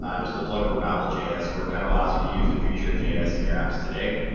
um just a plug for babel js, where it kind of allows you to use the future of js in your apps today.